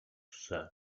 said